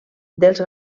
dels